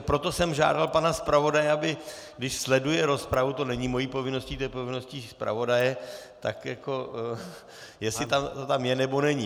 Proto jsem žádal pana zpravodaje, aby když sleduje rozpravu, to není mou povinností, to je povinností zpravodaje, tak jako jestli tam je, nebo není.